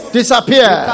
Disappear